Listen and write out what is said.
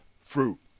fruit